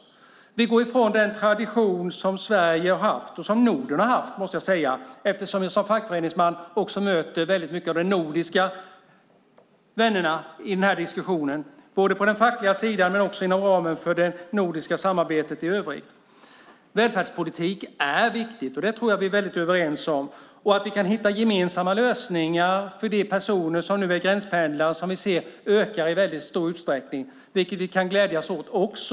Vi går ifrån den tradition som Sverige har haft och som Norden har haft, måste jag säga, eftersom jag som fackföreningsman också möter väldigt många av de nordiska vännerna i den här diskussionen, både på den fackliga sidan och inom det nordiska samarbetet i övrigt. Välfärdspolitik är viktig. Det tror jag att vi är väldigt överens om. Det är viktigt att vi kan hitta gemensamma lösningar för de personer som nu är gränspendlare och vars antal vi ser öka i väldigt stor utsträckning. Det kan vi glädjas åt också.